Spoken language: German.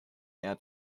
eher